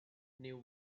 knew